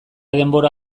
denbora